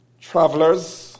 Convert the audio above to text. Travelers